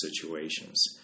situations